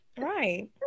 right